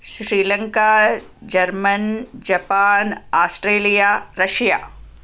ಶ್ Sri Lanka German Japan Australia Russia